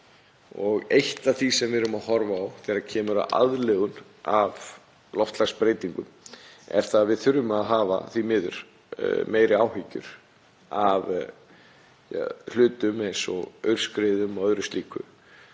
Eitt af því sem við erum að horfa á þegar kemur að aðlögun að loftslagsbreytingum er það að við þurfum því miður að hafa meiri áhyggjur af hlutum eins og aurskriðum og öðru slíku.